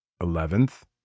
Eleventh